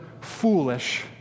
foolish